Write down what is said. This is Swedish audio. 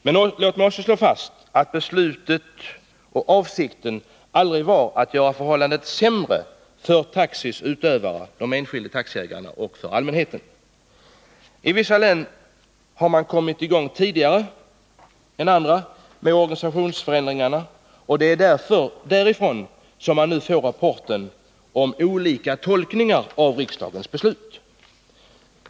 Men låt mig också slå fast att avsikten med beslutet aldrig var att göra förhållandena sämre för taxiverksamhetens utövare — de enskilda taxiägarna — och för allmänheten. I vissa län har man kommit i gång tidigare än andra med organisationsförändringarna, och det är därifrån vi fått rapporter om olika tolkningar av riksdagens beslut.